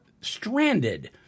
stranded